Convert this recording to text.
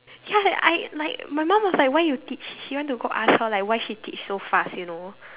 ya I like my mum was like why you teach she went to go ask her like why she teach so fast you know